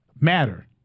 matter